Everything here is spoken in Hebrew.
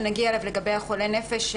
שנגיע אליו לגבי חולה נפש.